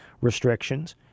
restrictions